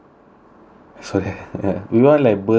so ya ya we want like burger like that